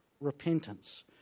repentance